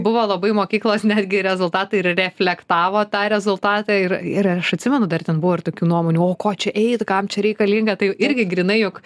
buvo labai mokyklos netgi rezultatai ir reflektavo tą rezultatą ir ir aš atsimenu dar ten buvo ir tokių nuomonių o ko čia eit kam čia reikalinga tai irgi grynai jog